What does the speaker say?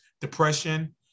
depression